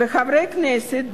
וחברי כנסת,